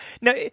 No